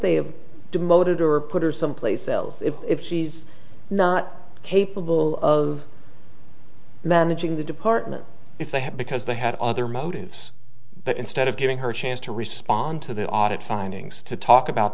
have demoted or put her someplace else if she's not capable of managing the department if they had because they had other motives but instead of giving her a chance to respond to the audit findings to talk about